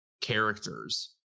characters